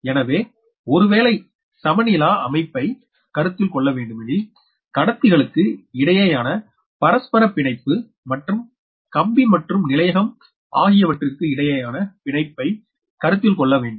எனவே ஒருவேளை சமனிலா அமைப்பை கருத்தில்கொள்ளவேண்டுமெனில் கடத்திகளுக்கு இடையேயான பரஸ்பர பிணைப்பு மற்றும் கம்பி மற்றும் நிலையகம் ஆகியவற்றிற்கு இடையேயான பிணைப்பை கருத்தில் கொள்ள வேண்டும்